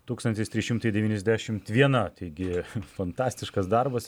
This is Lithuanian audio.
tūkstantis trys šimtai devyniasdešimt viena taigi fantastiškas darbas